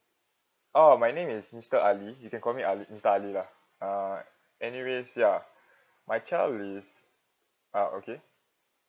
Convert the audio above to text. oh my name is mister ali you can call me ali mister ali lah uh anyways ya my child is uh okay